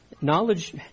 Knowledge